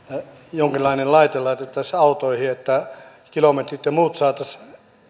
jonkinlainen laite laitettaisiin autoihin että kilometrit ja muut saataisiin